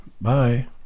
bye